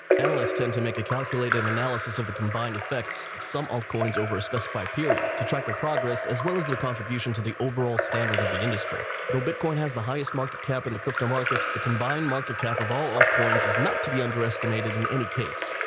analysts tend to make a calculated analysis of the combined effects of some old coins over a specified period to track the progress, as well as their contribution to the overall standard of the industry. though bitcoin has the highest market cap in the crypto market, the combined market cap of all old coins is not to be underestimated. in any case,